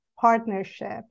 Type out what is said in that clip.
partnership